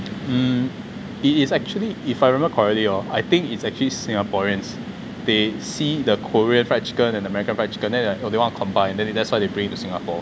mm it is actually if I remember correctly hor I think it's actually singaporeans they see the korean fried chicken and the american fried chicken then they're like oh they want to combine so that's why they bring it to singapore